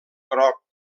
groc